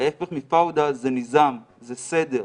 ההיפך מפאודה זה ניזאם, זה סדר.